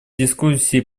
дискуссии